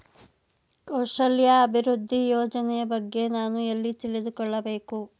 ಕೌಶಲ್ಯ ಅಭಿವೃದ್ಧಿ ಯೋಜನೆಯ ಬಗ್ಗೆ ನಾನು ಎಲ್ಲಿ ತಿಳಿದುಕೊಳ್ಳಬೇಕು?